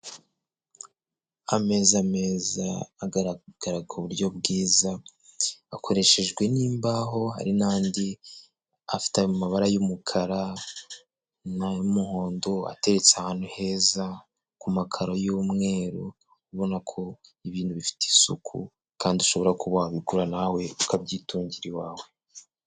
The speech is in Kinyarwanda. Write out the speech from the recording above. Ameza meza agaragara ku buryo bwiza, akoreshejwe n'imbaho, hari n'andi afite amabara y'umukara, nay'umuhondo ateretse ahantu heza, ku makaro y'umweru ubona ko ibintu bifite isuku kandi ushobora kuba wabikora nawe ukabyitungira iwawe.